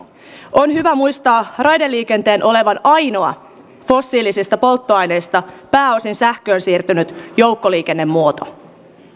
on hyvä muistaa raideliikenteen olevan ainoa fossiilisista polttoaineista pääosin sähköön siirtynyt joukkoliikennemuoto